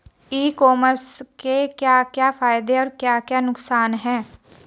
ई commerce के क्या क्या फायदे और क्या क्या नुकसान है?